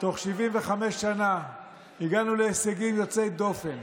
בתוך 75 שנה הגענו להישגים יוצאי דופן